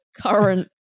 current